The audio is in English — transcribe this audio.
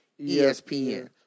ESPN